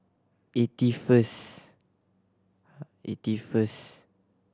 eighty first eighty first